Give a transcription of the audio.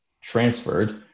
transferred